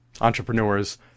Entrepreneurs